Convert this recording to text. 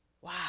Wow